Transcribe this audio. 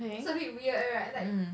it's a bit weird right like